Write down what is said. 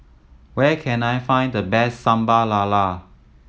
where can I find the best Sambal Lala